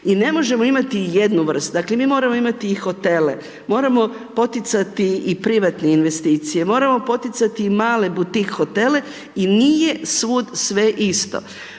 i ne možemo imati jednu vrstu, dakle mi moramo imati i hotele, moramo poticati i privatne investicije, moramo poticati i male butik hotele i nije svud sve isto.